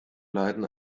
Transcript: leiden